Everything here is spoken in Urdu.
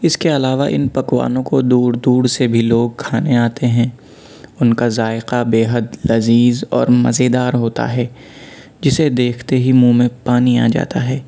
اِس کے علاوہ اِن پکوانوں کو دور دور سے بھی لوگ کھانے آتے ہیں اُن کا ذائقہ بےحد لذیذ اور مزیدار ہوتا ہے جسے دیکھتے ہی منہ میں پانی آ جاتا ہے